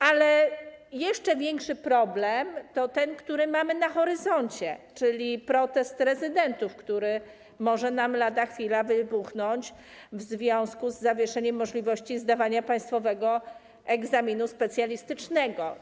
Ale jeszcze większy problem to ten, który mamy na horyzoncie, czyli protest rezydentów, który może nam lada chwila wybuchnąć w związku z zawieszeniem możliwości zdawania państwowego egzaminu specjalistycznego.